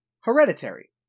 hereditary